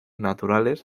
naturales